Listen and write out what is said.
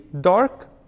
dark